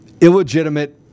illegitimate